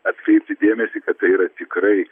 atkreipi dėmesį kad tai yra tikrai